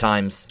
Times